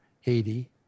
Haiti